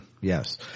Yes